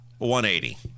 180